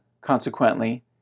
consequently